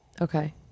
okay